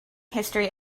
history